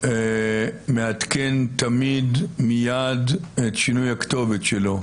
תמיד מעדכנים מיד את שינוי הכתובת שלו.